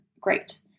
great